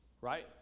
Right